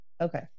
Okay